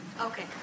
Okay